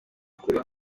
kure